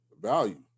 value